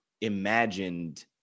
imagined